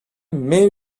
mais